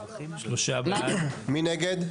מי נגד?